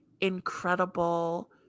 incredible